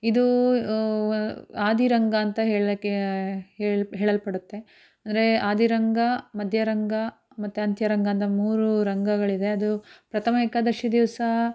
ಇದು ಆದಿರಂಗ ಅಂತ ಹೇಳೋಕೆ ಹೇಳಲ್ಪಡುತ್ತೆ ಅಂದರೆ ಆದಿರಂಗ ಮಧ್ಯರಂಗ ಮತ್ತು ಅಂತ್ಯರಂಗ ಅಂತ ಮೂರು ರಂಗಗಳಿದೆ ಅದು ಪ್ರಥಮ ಏಕಾದಶಿ ದಿವಸ